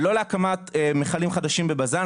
ולא להקמת מכלים חדשים בבזן.